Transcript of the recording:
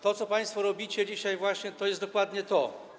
To, co państwo robicie dzisiaj właśnie, to jest dokładnie to.